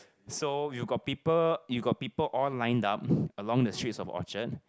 so you got people you got people all lined up along the streets of Orchard